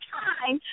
time